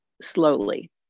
slowly